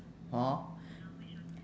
hor